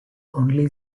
only